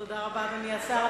תודה רבה, אדוני השר.